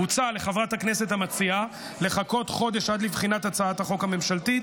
הוצע לחברת הכנסת המציעה לחכות חודש עד לבחינת הצעת החוק הממשלתית,